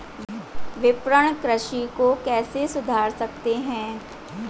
विपणन कृषि को कैसे सुधार सकते हैं?